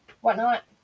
whatnot